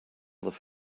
with